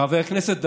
חבר הכנסת דיין,